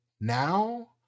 now